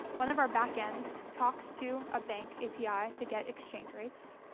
one of our back ends talks to a bank api to get exchange rates.